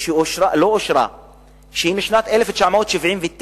מיתאר שהיא משנת 1979,